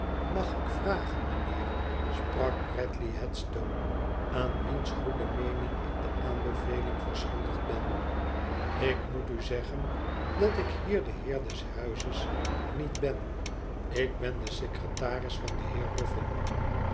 mag ik vragen mijnheer sprak bradley headstone aan wiens goede nieening ik de aanbeveling verschuldigd ben ik moet u zeggen dat ik hier de heer des huizes niet ben ik ben de secretaris van den heer